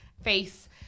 face